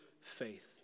faith